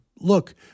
Look